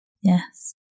Yes